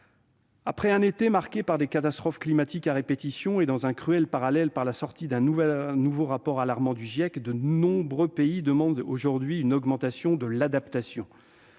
Après un été marqué par des catastrophes climatiques à répétition et, dans un cruel parallèle, par la sortie d'un nouveau rapport alarmant du GIEC, de nombreux pays demandent aujourd'hui une augmentation de l'adaptation.